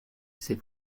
ces